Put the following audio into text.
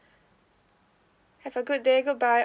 have a good day goodbye